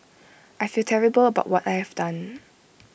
I feel terrible about what I have done